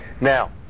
now